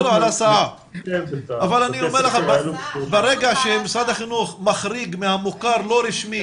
ברגע שמשרד החינוך מחריג מהמוכר לא רשמי